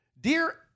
Dear